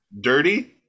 Dirty